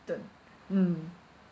the mm